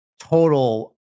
total